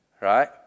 Right